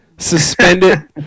Suspended